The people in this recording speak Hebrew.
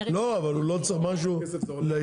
לא, אבל הוא לא צריך משהו לארגון?